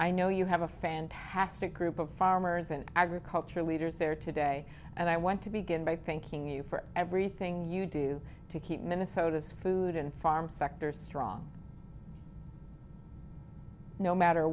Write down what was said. i know you have a fantastic group of farmers and agriculture leaders there today and i want to begin by thanking you for everything you do to keep minnesota's food and farm sector strong no matter